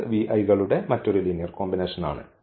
ഇത് കളുടെ മറ്റൊരു ലീനിയർ കോമ്പിനേഷനാണ്